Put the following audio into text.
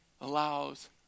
allows